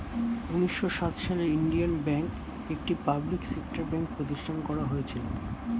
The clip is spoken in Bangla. উন্নিশো সাত সালে ইন্ডিয়ান ব্যাঙ্ক, একটি পাবলিক সেক্টর ব্যাঙ্ক প্রতিষ্ঠান করা হয়েছিল